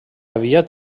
havia